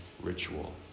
ritual